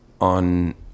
on